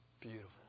beautiful